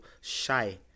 shy